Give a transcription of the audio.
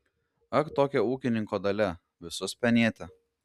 ak tokia ūkininko dalia visus penėti